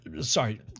sorry